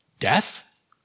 Death